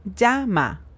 llama